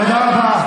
תודה רבה.